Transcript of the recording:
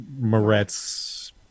Moretz